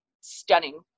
stunning